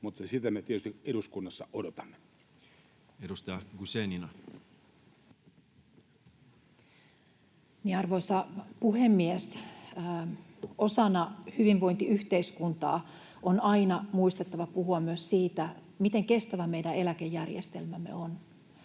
sitä me tietysti eduskunnassa odotamme. Edustaja Guzenina. Arvoisa puhemies! Osana hyvinvointiyhteiskuntaa on aina muistettava puhua myös siitä, miten kestävä meidän eläkejärjestelmämme on.